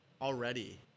Already